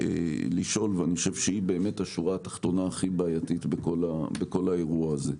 והיא השורה התחתונה הכי בעייתית בכל האירוע הזה.